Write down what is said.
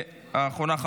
האחרונה,